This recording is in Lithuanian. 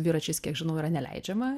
dviračiais kiek žinau yra neleidžiama